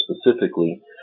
specifically